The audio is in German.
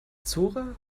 zora